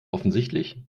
offensichtlich